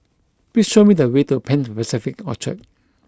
please show me the way to Pan Pacific Orchard